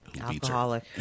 Alcoholic